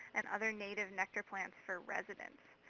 and other native nectar plant for residents?